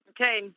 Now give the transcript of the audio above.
Okay